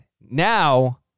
Now